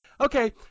Okay